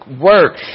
Work